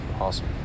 awesome